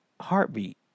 heartbeat